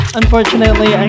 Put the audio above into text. unfortunately